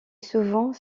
souvent